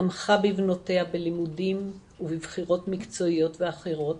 תמכה בבנותיה בלימודים ובבחירות מקצועיות ואחרות